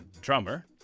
drummer